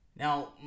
Now